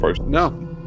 No